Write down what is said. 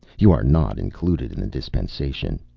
you are not included in the dispensation.